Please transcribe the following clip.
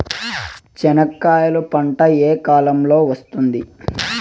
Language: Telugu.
చెనక్కాయలు పంట ఏ కాలము లో వస్తుంది